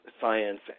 science